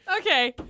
Okay